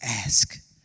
ask